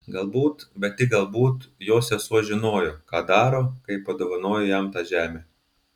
galbūt bet tik galbūt jo sesuo žinojo ką daro kai padovanojo jam tą žemę